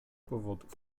powodów